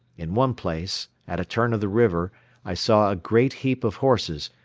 in one place at a turn of the river i saw a great heap of horses,